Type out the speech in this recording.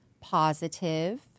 positive